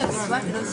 זו בעצם הטענה.